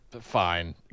fine